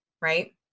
Right